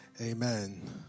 Amen